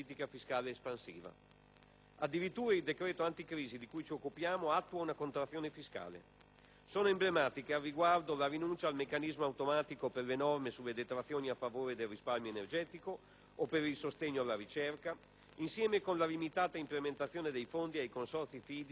Addirittura il cosiddetto decreto anticrisi di cui ci occupiamo attua una contrazione fiscale. Emblematiche sono, al riguardo, la rinuncia al meccanismo automatico per le norme sulle detrazioni a favore del risparmio energetico o per il sostegno alla ricerca, insieme con la limitata implementazione dei fondi ai consorzi fidi per le piccole e medie imprese.